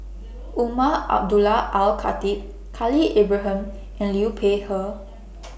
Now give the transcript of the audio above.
Umar Abdullah Al Khatib Khalil Ibrahim and Liu Peihe